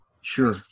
Sure